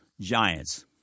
giants—